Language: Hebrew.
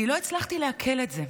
אני לא הצלחתי לעכל את זה,